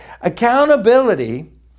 Accountability